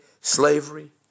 slavery